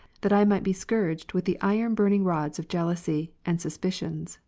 that i might be scourged with the iron burn ing rods of jealousy, and suspicions,